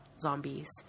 zombies